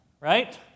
right